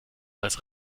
als